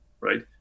right